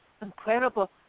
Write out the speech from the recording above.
incredible